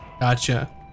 Gotcha